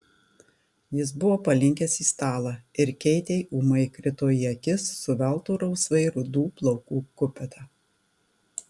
jis buvo palinkęs į stalą ir keitei ūmai krito į akis suveltų rausvai rudų plaukų kupeta